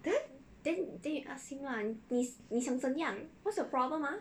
then